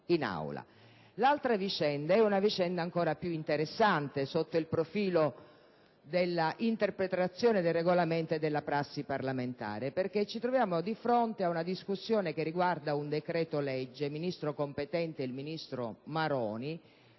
L'altra vicenda è ancora più interessante sotto il profilo dell'interpretazione del Regolamento e della prassi parlamentare. Ci troviamo di fronte ad una discussione che riguarda un decreto-legge; il Ministro competente è il ministro Maroni.